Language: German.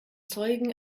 zeugen